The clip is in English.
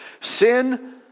Sin